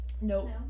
No